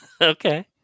Okay